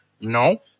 No